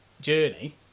journey